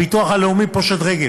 הביטוח הלאומי פושט רגל.